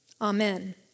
Amen